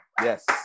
Yes